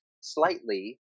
slightly